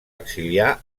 exiliar